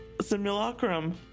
simulacrum